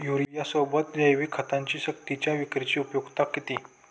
युरियासोबत जैविक खतांची सक्तीच्या विक्रीची उपयुक्तता किती?